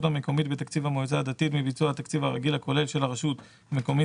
המקומית בתקציב המועצה הדתית מביצוע התקציב הרגיל הכולל של הרשות המקומית